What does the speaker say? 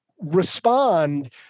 respond